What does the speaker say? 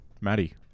Maddie